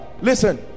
listen